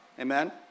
Amen